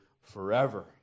forever